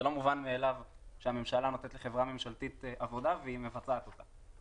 זה לא מובן מאליו שהממשלה נותנת לחברה ממשלתית עבודה והיא מבצעת אותה,